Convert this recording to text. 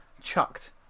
chucked